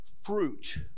fruit